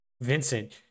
Vincent